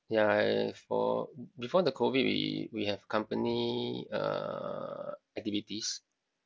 ya I for before the COVID we we have company uh activities